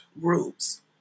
groups